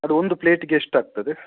ಅದು ಒಂದು ಪ್ಲೇಟ್ಗೆ ಎಷ್ಟಾಗ್ತದೆ